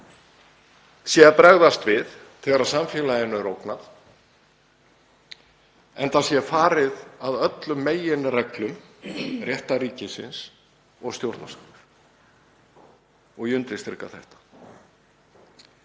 sé að bregðast við þegar samfélaginu er ógnað enda sé farið að öllum meginreglum réttarríkisins og stjórnarskrár. Ég undirstrika þetta.